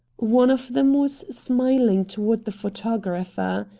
one of them was smiling toward the photographer.